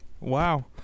Wow